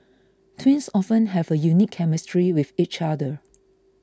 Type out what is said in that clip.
twins often have a unique chemistry with each other